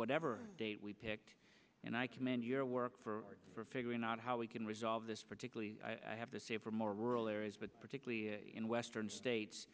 whatever date we picked and i commend your work for figuring out how we can resolve this particularly i have to say for more rural areas but particularly in western states